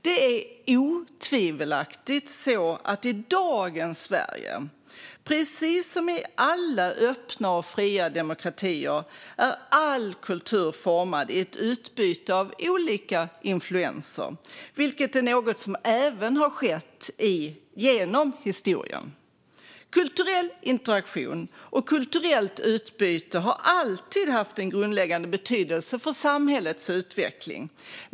Det är otvivelaktigt så att i dagens Sverige, precis som i alla öppna och fria demokratier, är all kultur formad i ett utbyte av olika influenser, vilket är något som även har skett genom historien. Kulturell interaktion och kulturellt utbyte har alltid haft en grundläggande betydelse för samhällets utveckling.